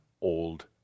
old